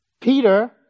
Peter